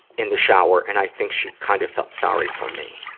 in the shower and i think she kind of felt sorry for me.